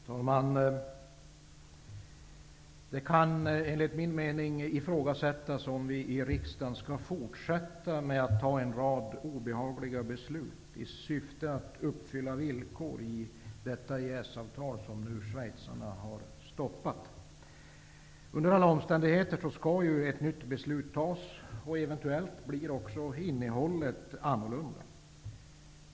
Herr talman! Det kan enligt min mening ifrågasättas om vi i riksdagen skall fortsätta att fatta en rad obehagliga beslut i syfte att uppfylla villkor i detta EES-avtal som schweizarna har stoppat. Under alla omständigheter skall ett nytt beslut fattas, och eventuellt blir också innehållet annorlunda.